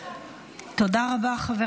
תודה רבה, חבר